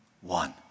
one